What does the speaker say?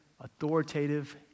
authoritative